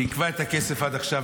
שעיכבה את הכסף עד עכשיו,